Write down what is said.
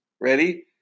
Ready